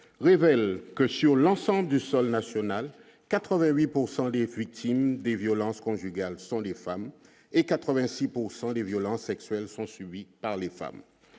révèle que sur l'ensemble du sol national, 88 pourcent les fuites futiles des violences conjugales sont des femmes et 80 6 pourcent des violences sexuelles sont subies par les femmes,